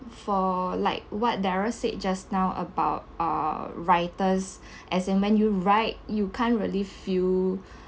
for like what daryl said just now about uh writers as in when you write you can't really feel